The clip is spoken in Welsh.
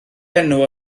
enw